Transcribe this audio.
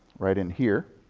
right in here.